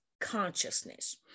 consciousness